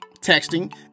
texting